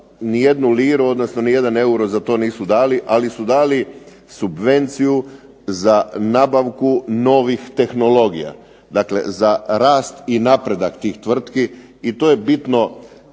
nijednu liru, odnosno nijedan euro za to nisu dali, ali su dali subvenciju za nabavku novih tehnologija. Dakle, za rast i napredak tih tvrtki i to je bitno,